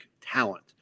talent